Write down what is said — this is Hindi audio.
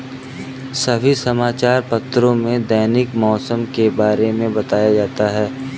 सभी समाचार पत्रों में दैनिक मौसम के बारे में बताया जाता है